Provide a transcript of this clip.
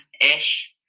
ish